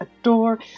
adore